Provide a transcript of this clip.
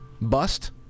bust